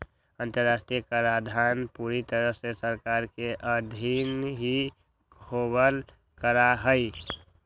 अन्तर्राष्ट्रीय कराधान पूरी तरह से सरकार के अधीन ही होवल करा हई